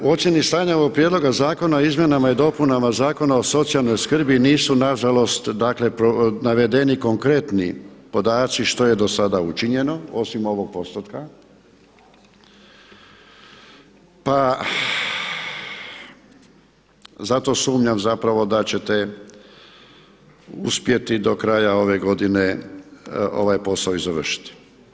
U ocjeni stanja ovog prijedloga zakona o izmjenama i dopunama Zakona o socijalnoj skrbi nisu na žalost, dakle navedeni konkretni podaci što je do sada učinjeno osim ovog postotka, pa zato sumnjam zapravo da ćete uspjeti do kraja ove godine ovaj posao i završiti.